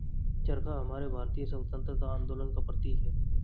चरखा हमारे भारतीय स्वतंत्रता आंदोलन का प्रतीक है